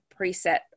preset